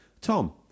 Tom